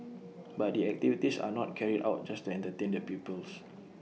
but the activities are not carried out just to entertain the pupils